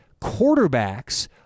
quarterbacks